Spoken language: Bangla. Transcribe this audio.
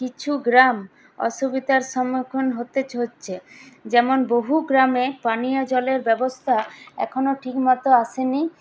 কিছু গ্রাম অসুবিধার সম্মুখীন হতে হচ্ছে যেমন বহু গ্রামে পানীয় জলের ব্যবস্থা এখনও ঠিক মতো আসেনি